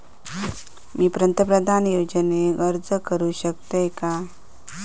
मी पंतप्रधान योजनेक अर्ज करू शकतय काय?